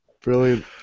Brilliant